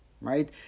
right